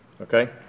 okay